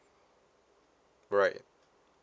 right